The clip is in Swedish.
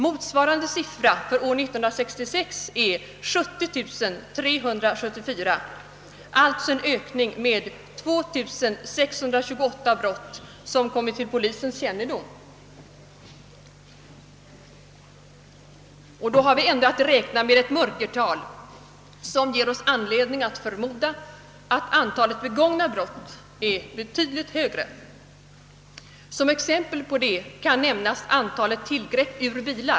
Motsvarande siffra för år 1966 är 70 374 brott — alltså en ökning med 2 628. Vi har ändå att räkna med ett mörkertal, som ger oss anledning att förmoda att antalet begångna brott är betydligt högre. Som exempel härpå kan nämnas antalet tillgrepp ur bilar.